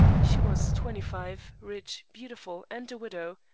she was twenty-five, rich, beautiful and a widow,